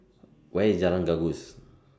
Where IS Jalan Gajus